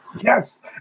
Yes